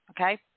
Okay